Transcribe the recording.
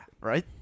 right